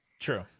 true